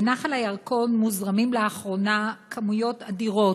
לנחל הירקון מוזרמים לאחרונה כמויות אדירות,